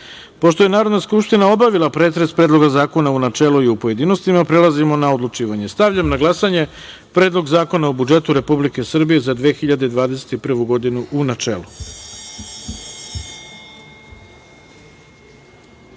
je Narodna skupština obavila pretres Predloga zakona u načelu i u pojedinostima, prelazimo na odlučivanje. Stavljam na glasanje Predlog zakona o budžetu Republike Srbije za 2021. godinu, u